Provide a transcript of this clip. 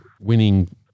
winning